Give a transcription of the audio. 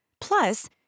Plus